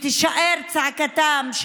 תישאר צעקתם,